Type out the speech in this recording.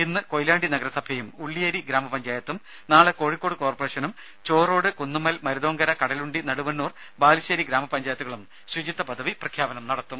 ഇന്ന് കൊയിലാണ്ടി നഗരസഭയും ഉള്ളിയേരി ഗ്രാമപഞ്ചായത്തും നാളെ കോഴിക്കോട് കോർപ്പറേഷനും ചോറോട് കുന്നുമ്മൽ മരുതോങ്കര കടലുണ്ടി നടുവണ്ണൂർ ബാലുശ്ശേരി ഗ്രാമപഞ്ചായത്തുകളും ശുചിത്വ പദവി പ്രഖ്യാപനം നടത്തും